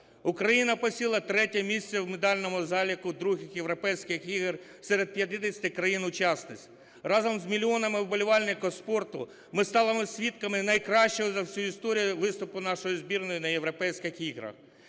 Україна посіла третє місце в медальному заліку ІІ Європейських ігор серед 50 країн-учасниць. Разом з мільйонами вболівальників спорту ми станемо свідками найкращого за всю історію виступу нашої збірної на Європейських іграх.